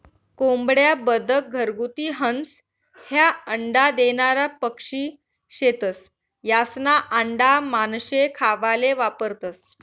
कोंबड्या, बदक, घरगुती हंस, ह्या अंडा देनारा पक्शी शेतस, यास्ना आंडा मानशे खावाले वापरतंस